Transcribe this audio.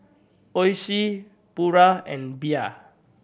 Oishi Pura and Bia